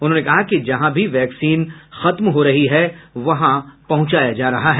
उन्होने कहा कि जहाँ भी वैक्सीन खत्म हो रही है वहां पहुँचाया जा रहा है